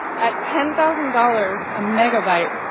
at ten thousand dollars a megabyte,